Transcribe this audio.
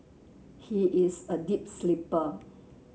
he is a deep sleeper